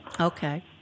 Okay